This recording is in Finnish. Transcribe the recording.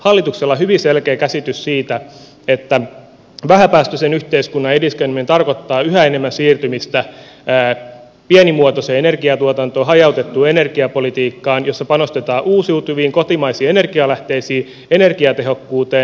hallituksella on hyvin selkeä käsitys siitä että vähäpäästöisen yhteiskunnan edistäminen tarkoittaa yhä enemmän siirtymistä pienimuotoiseen energiatuotantoon hajautettuun energiapolitiikkaan jossa panostetaan uusiutuviin kotimaisiin energialähteisiin energiatehokkuuteen